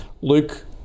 Luke